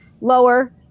lower